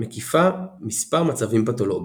מקיפה מספר מצבים פתולוגיים.